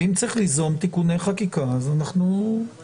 ואם צריך ליזום תיקוני חקיקה אנחנו ניזום,